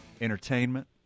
Entertainment